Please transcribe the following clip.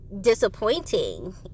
disappointing